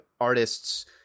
artists